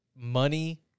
money